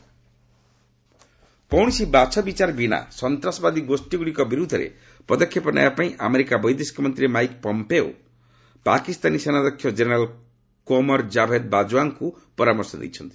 Pompeo Bajwa କୌଣସି ବାଛବିଚାର ବିନା ସନ୍ତାସବାଦୀ ଗୋଷୀଗ୍ରଡ଼ିକ ବିର୍ଦ୍ଧରେ ପଦକ୍ଷେପ ନେବା ପାଇଁ ଆମେରିକା ବୈଦେଶିକ ମନ୍ତ୍ରୀ ମାଇକ୍ ପମ୍ପେଓ ପାକିସ୍ତାନୀ ସେନାଧ୍ୟକ୍ଷ ଜେନେରାଲ୍ କ୍ୱମର ଜାଭେଦ୍ ବାଜୱାଙ୍କୁ ପରାର୍ଶ ଦେଇଛନ୍ତି